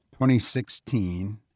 2016